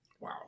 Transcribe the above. Wow